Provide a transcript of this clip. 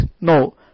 No